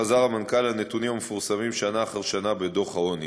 חזר המנכ"ל על נתונים המפורסמים שנה אחר שנה בדוח העוני.